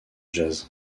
jazz